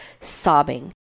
sobbing